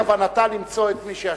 החקירה כוונתה למצוא את מי שאשם.